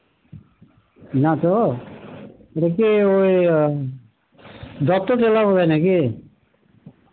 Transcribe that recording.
না তো এটা কি ওই দত্ত টেলার হবে না কি